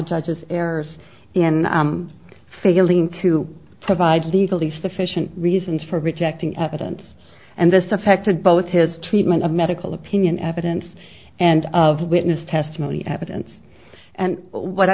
judges errors in failing to provide legally sufficient reasons for rejecting evidence and this affected both his treatment of medical opinion evidence and of witness testimony evidence and what i